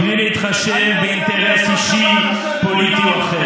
בלי להתחשב באינטרס אישי, פוליטי או אחר.